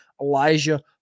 Elijah